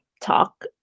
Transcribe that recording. talk